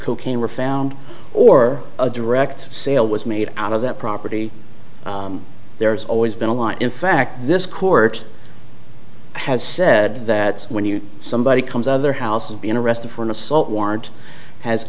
cocaine were found or a direct sale was made out of that property there's always been a law in fact this court has said that when you somebody comes other houses being arrested for an assault warrant